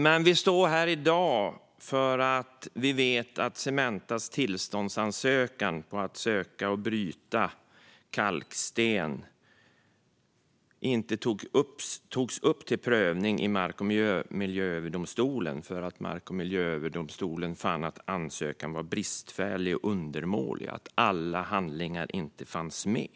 Men vi står här i dag för att vi vet att Cementas ansökan om tillstånd att bryta kalksten inte togs upp till prövning i Mark och miljööverdomstolen eftersom domstolen fann att ansökan var bristfällig och undermålig och att alla handlingar inte fanns med.